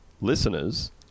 listeners